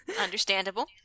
Understandable